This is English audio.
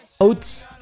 oats